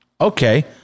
Okay